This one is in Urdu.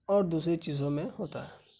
اور دوسری چیزوں میں ہوتا ہے